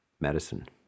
medicine